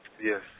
yes